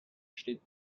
steht